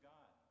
God